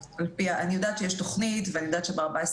אני יודעת שיש תכנית ואני יודעת שב-14